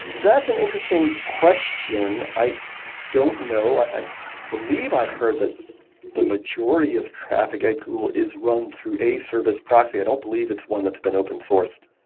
that's an interesting question. i don't know. i believe i've heard that the majority of traffic at google is run through a service proxy. i don't believe it's one that's been open-sourced,